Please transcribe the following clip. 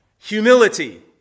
Humility